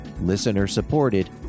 listener-supported